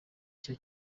cyo